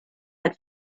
had